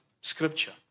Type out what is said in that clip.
scripture